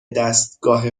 دستگاه